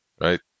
right